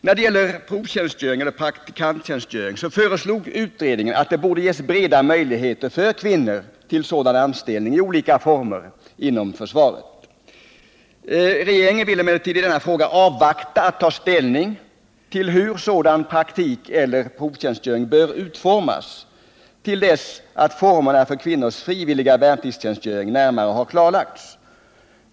När det gäller provtjänstgöring föreslog utredningen att det borde ges breda möjligheter för kvinnor till praktikanställning i olika former inom försvaret. Regeringen vill emellertid i denna fråga avvakta med att ta ställning till hur sådan praktikeller provtjänstgöring bör utformas till dess att formerna för kvinnors frivilliga värnpliktstjänstgöring närmare har klarlagts.